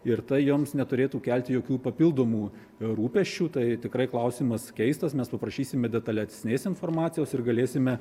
ir tai joms neturėtų kelti jokių papildomų rūpesčių tai tikrai klausimas keistas mes paprašysime detalesnės informacijos ir galėsime